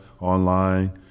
online